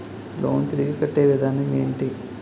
Loan తిరిగి కట్టే విధానం ఎంటి?